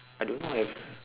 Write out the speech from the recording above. I don't know have